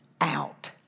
out